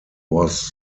was